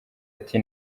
ati